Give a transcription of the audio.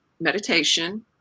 meditation